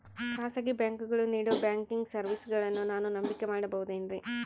ಖಾಸಗಿ ಬ್ಯಾಂಕುಗಳು ನೇಡೋ ಬ್ಯಾಂಕಿಗ್ ಸರ್ವೇಸಗಳನ್ನು ನಾನು ನಂಬಿಕೆ ಮಾಡಬಹುದೇನ್ರಿ?